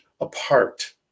apart